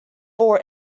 for